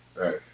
Right